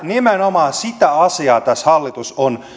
nimenomaan sitä asiaa tässä hallitus on